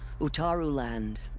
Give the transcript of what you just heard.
utaru land.